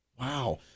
Wow